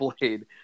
blade